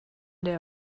der